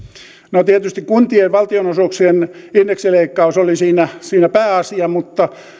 no tietysti kuntien valtionosuuksien indeksileikkaus oli siinä siinä pääasia mutta